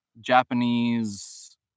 Japanese